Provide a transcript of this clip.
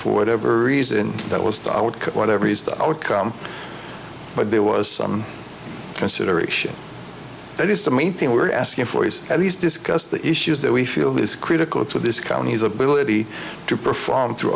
for whatever reason that was that i would get whatever is the outcome but there was some consideration that is the main thing we're asking for is at least discuss the issues that we feel is critical to this county's ability to perform through